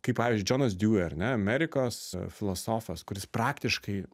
kaip pavyzdžiui džonas diuji ar ne amerikos filosofas kuris praktiškai